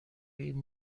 این